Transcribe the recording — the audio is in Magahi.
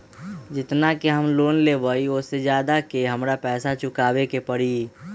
जेतना के हम लोन लेबई ओ से ज्यादा के हमरा पैसा चुकाबे के परी?